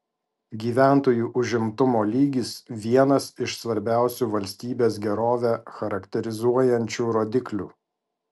gyventojų užimtumo lygis vienas iš svarbiausių valstybės gerovę charakterizuojančių rodiklių